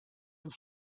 and